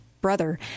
brother